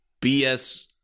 BS